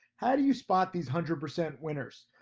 how do you spot these hundred percent winners?